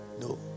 No